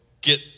get